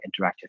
interactive